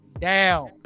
down